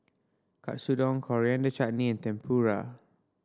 Katsudon Coriander and Chutney Tempura